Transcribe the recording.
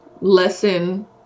lesson